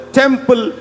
temple